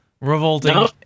Revolting